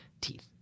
Teeth